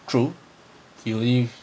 true you only